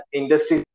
industry